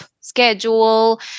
schedule